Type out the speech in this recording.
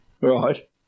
Right